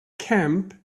camp